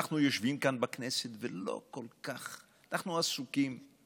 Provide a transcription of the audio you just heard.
אנחנו יושבים כאן בכנסת ולא כל כך, אנחנו עסוקים,